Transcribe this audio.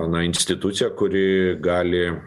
na institucija kuri gali